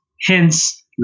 Hence